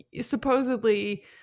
supposedly